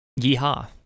yeehaw